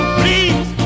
please